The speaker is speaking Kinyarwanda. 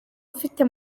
afite